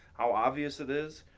how obvious it is.